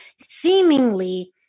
seemingly